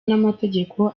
n’amategeko